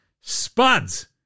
spuds